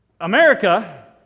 America